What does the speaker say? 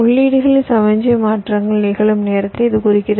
உள்ளீடுகளில் சமிக்ஞை மாற்றங்கள் நிகழும் நேரத்தை இது குறிக்கிறது